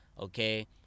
Okay